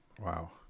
Wow